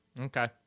Okay